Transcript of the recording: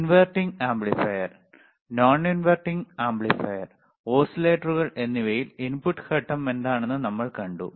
inverting amplifier non inverting amplifier ഓസിലേറ്ററുകൾ എന്നിവയിൽ input ഘട്ടം എന്താണെന്ന് നമ്മൾ കണ്ടു